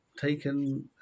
taken